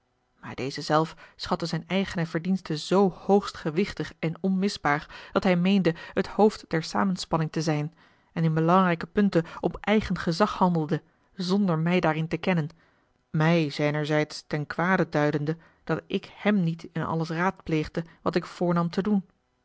maar deze zelf schatte zijn eigene verdienste zoo hoogst gewichtig en onmisbaar dat hij meende het hoofd der samenspanning te zijn en in belangrijke punten op eigen gezag handelde zonder mij daarin te kennen mij zijnerzijds ten kwade duidende dat ik hem niet in alles raadpleegde wat ik voornam te doen